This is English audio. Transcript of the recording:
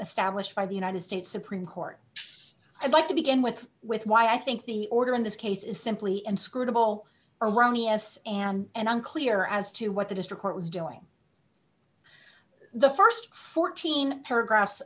established by the united states supreme court i'd like to begin with with why i think the order in this case is simply inscrutable erroneous and unclear as to what the district court was doing the st fourteen paragraphs